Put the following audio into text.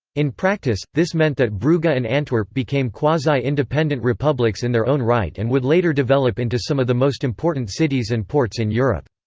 in practice, this meant that brugge and antwerp became quasi-independent republics in their own right and would later develop into some of the most important cities and ports in europe.